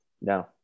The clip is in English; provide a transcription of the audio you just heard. no